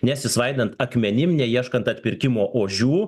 nesisvaidant akmenim neieškant atpirkimo ožių